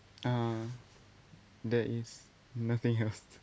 uh there is nothing else